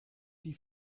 die